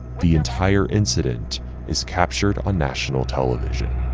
the entire incident is captured on national television.